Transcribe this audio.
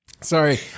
Sorry